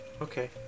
Okay